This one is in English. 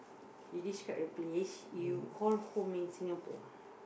it describe the place you call home in Singapore